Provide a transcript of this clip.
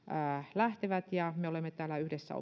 lähtevät ja me oppositiopuolueet olemme täällä yhdessä